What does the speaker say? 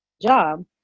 job